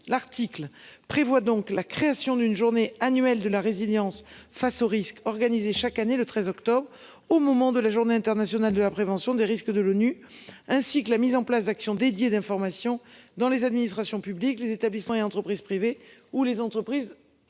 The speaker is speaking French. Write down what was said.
l'article prévoit donc la création d'une journée annuelle de la résilience face aux risques organisé chaque année le le 13 octobre au moment de la journée internationale de la prévention des risques de l'ONU ainsi que la mise en place d'actions dédié d'information dans les administrations publiques, les établissements et entreprises privées ou les entreprises.